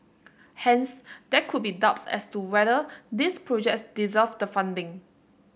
hence there could be doubts as to whether these projects deserved the funding